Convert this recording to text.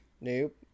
nope